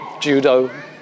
judo